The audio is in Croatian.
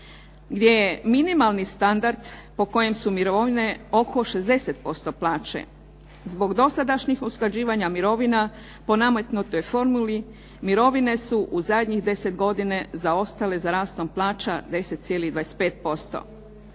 gdje je minimalni standard po kojem su mirovine oko 60% plaće. Zbog dosadašnjih usklađivanja mirovina po nametnutoj formuli mirovine su u zadnjih 10 godina zaostale za rastom plaća 10,25%.